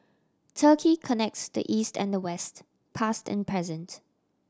Turkey connects the East and the West past and present